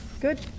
Good